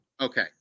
Okay